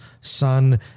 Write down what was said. son